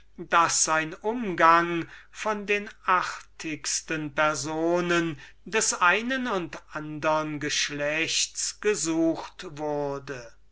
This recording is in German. daß sein umgang von den artigsten personen des einen und andern geschlechts gesucht wurde